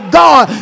god